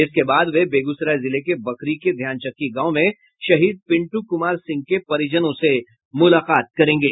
इसके बाद वे बेगूसराय जिले के बखरी के ध्यानचक्की गांव में शहीद पिंटू कुमार सिंह के परिजनों से मुलाकात करेंगे